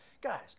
Guys